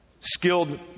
skilled